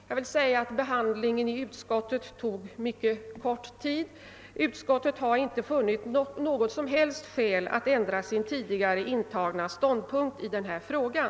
Jag vill nämna att behandlingen i utskottet tog mycket kort tid. Utskottet har inte funnit något som helst skäl att ändra sin tidigare intagna ståndpunkt i denna fråga.